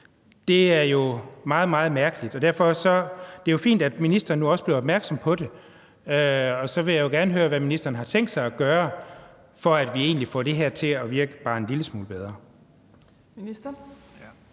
Det er jo meget, meget mærkeligt. Det er fint, at ministeren nu også er blevet opmærksom på det, og så vil jeg jo gerne høre, hvad ministeren har tænkt sig at gøre, for at vi egentlig får det her til at virke bare en lille smule bedre.